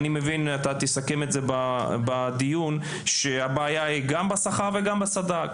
ותסכם את זה בדיון שהבעיה היא גם בשכר וגם בסד"כ.